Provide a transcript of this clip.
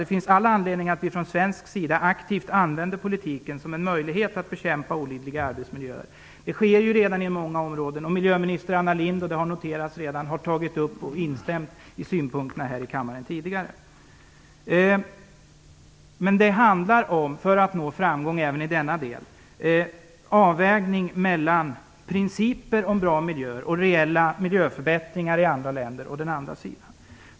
Det finns all anledning att vi från svensk sida aktivt använder politiken som en möjlighet att bekämpa olidliga arbetsmiljöer. Det sker ju redan inom många områden, och miljöminister Anna Lindh har - vilket redan har noterats - tidigare instämt i synpunkterna här i kammaren. För att nå framgång även i denna del handlar det om en avvägning mellan principer om bra miljöer och reella miljöförbättringar i andra länder.